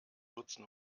nutzen